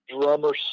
drummer